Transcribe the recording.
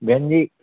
बहन जी